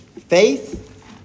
faith